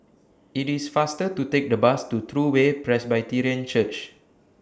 IT IS faster to Take The Bus to True Way Presbyterian Church